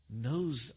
knows